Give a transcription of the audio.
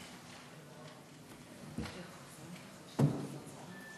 ההצעה להעביר את